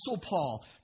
Paul